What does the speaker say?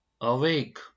Awake